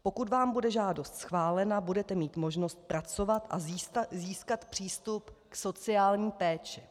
Pokud vám bude žádost schválena, budete mít možnost pracovat a získat přístup k sociální péči.